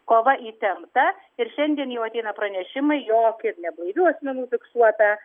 kova įtempta ir šiandien jau ateina pranešimai jog neblaivių asmenų fiksuota